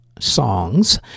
Songs